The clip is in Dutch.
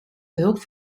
behulp